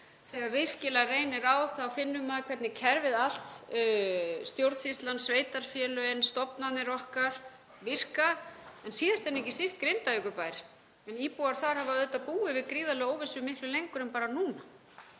Þegar virkilega reynir á þá finnur maður hvernig kerfið allt, stjórnsýslan, sveitarfélögin, stofnanir okkar virka en síðast en ekki síst Grindavíkurbær, en íbúar þar hafa búið við gríðarlega óvissu miklu lengur en bara núna.